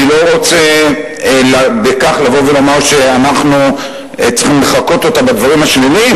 אני לא רוצה בכך לבוא ולומר שאנחנו צריכים לחקות אותה בדברים השליליים,